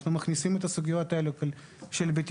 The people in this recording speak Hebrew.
אנחנו מכניסים את הסוגיות האלה להסכמים